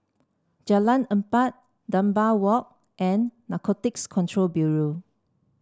Jalan Empat Dunbar Walk and Narcotics Control Bureau